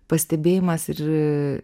pastebėjimas ir